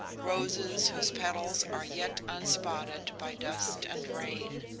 roses whose petals are yet unspotted by dust and rain,